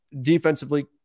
Defensively